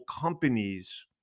companies